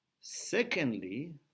Secondly